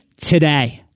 today